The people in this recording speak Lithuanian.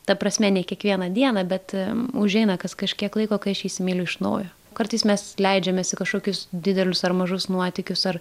ta prasme ne kiekvieną dieną bet užeina kas kažkiek laiko kai aš jį įsimyliu iš naujo kartais mes leidžiamės į kažkokius didelius ar mažus nuotykius ar